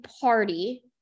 party